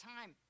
time